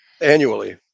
annually